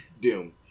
Doom